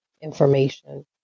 information